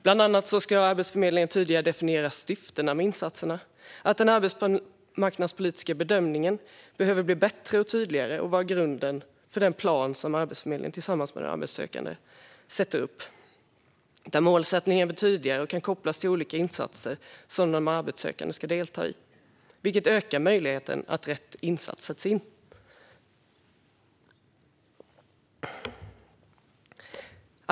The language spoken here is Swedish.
Bland annat ska Arbetsförmedlingen tydligare definiera syftena med insatserna. Den arbetsmarknadspolitiska bedömningen behöver bli bättre och tydligare vara grunden för den plan som Arbetsförmedlingen tillsammans med den arbetssökande sätter upp, där målsättningar blir tydliga och kan kopplas till vilka insatser som den arbetssökande ska delta i. Detta ökar möjligheten till att rätt insats sätts in.